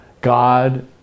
God